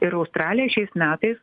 ir australijoj šiais metais